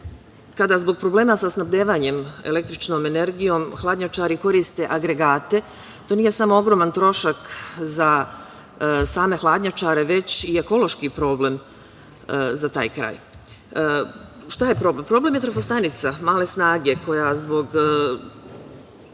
kraj. Kada zbog problema sa snabdevanjem električnom energijom, hladnjačari koriste agregate, i to nije samo ogroman trošak za same hladnjačare, već i ekološki problem za taj kraj. Šta je problem? Problem je trafostanica male snage zbog